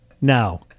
Now